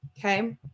Okay